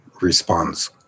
responds